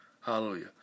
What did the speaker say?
Hallelujah